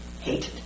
hated